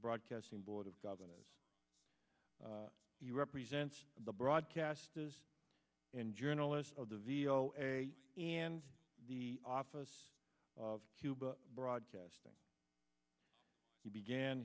broadcasting board of governors he represents the broadcasters and journalists of the v o a and the office of cuba broadcasting he began